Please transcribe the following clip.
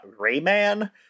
Rayman